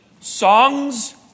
songs